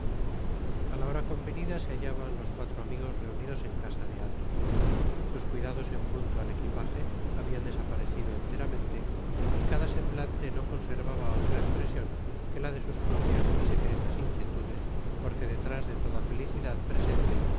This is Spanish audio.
a la hora convenida se hallaban los cuatro amigos reunidos en casa de athos sus cuidados en punto al equipage habian desaparecido enteramente y cada semblante no conservaba otra espresion que la de sus propias y secretas inquietudes porque detrás de toda felicidad presente